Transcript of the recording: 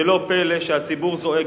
ולא פלא שהציבור זועק.